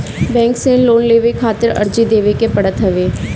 bank से loan लेवे खातिर अर्जी देवे के पड़त हवे